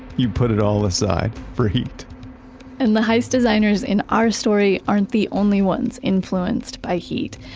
you put it all aside, for heat and the heist designers in our story aren't the only ones influenced by heat.